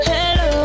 Hello